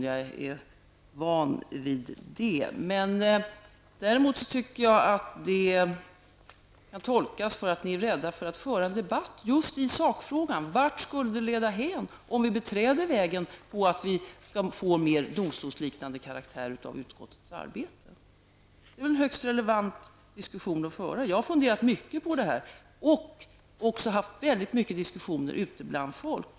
Jag är van vid sådant. Jag tycker däremot att det kan tolkas som att ni är rädda för att föra en debatt just i sakfrågan: Vart skulle det leda hän om vi beträdde vägen mot att ge utskottets arbete en mer domstolsliknande karaktär? Det är väl en högst relevant diskussion att föra. Jag har funderat mycket på detta och också haft väldigt många diskussioner om detta ute bland folk.